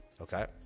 okay